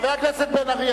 חבר הכנסת בן-ארי,